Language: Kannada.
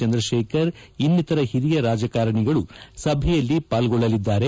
ಚಂದ್ರಶೇಖರ್ ಇನ್ನಿತರ ಹಿರಿಯ ರಾಜಕಾರಣಿಗಳು ಸಭೆಯಲ್ಲಿ ಪಾಲ್ಗೊಳ್ಳಲಿದ್ದಾರೆ